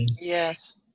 Yes